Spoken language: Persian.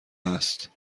هست